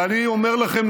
ואני אומר לכם,